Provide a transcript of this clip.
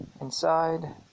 inside